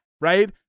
Right